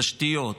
תשתיות,